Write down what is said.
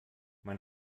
man